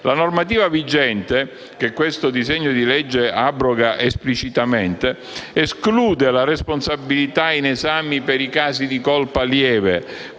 La normativa vigente, che questo disegno di legge abroga esplicitamente, esclude la responsabilità in esame per i casi di colpa lieve,